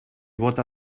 bóta